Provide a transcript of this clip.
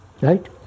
Right